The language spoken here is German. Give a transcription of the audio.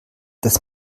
das